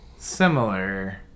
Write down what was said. Similar